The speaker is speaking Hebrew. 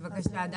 בבקשה.